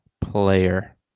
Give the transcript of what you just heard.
player